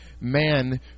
man